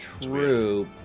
true